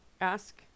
ask